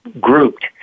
grouped